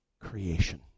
creation